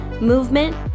movement